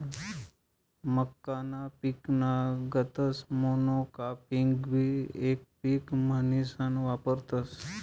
मक्काना पिकना गतच मोनोकापिंगबी येक पिक म्हनीसन वापरतस